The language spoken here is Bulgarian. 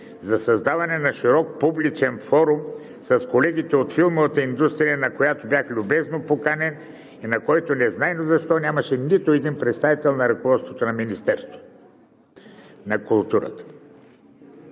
за създаването на широк публичен форум с колегите от филмовата индустрия, на която бях любезно поканен и на който незнайно защо нямаше нито един представител на ръководството на Министерството на културата.